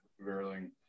Verling